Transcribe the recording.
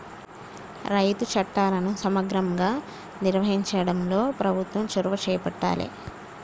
రైతు చట్టాలను సమగ్రంగా నిర్వహించడంలో ప్రభుత్వం చొరవ చేపట్టాలె